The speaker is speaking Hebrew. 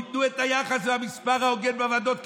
תיתנו את היחס במספר ההוגן בוועדות,